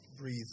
breathe